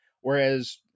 Whereas